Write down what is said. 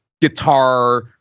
guitar